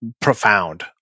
profound